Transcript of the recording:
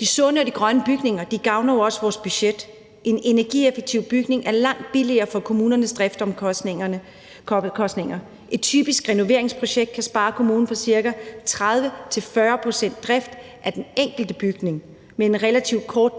De sunde og de grønne bygninger gavner jo også vores budget. En energieffektiv bygning er langt billigere for kommunernes driftsomkostninger, og et typisk renoveringsprojekt kan spare kommunen for ca. 30-40 pct. i drift af den enkelte bygning med en relativt kort